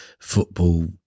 football